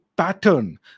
Pattern